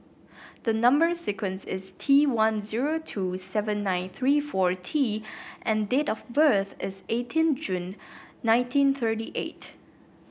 the number sequence is T one zero two seven nine three four T and date of birth is eighteen June nineteen thirty eight